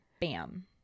Bam